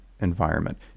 environment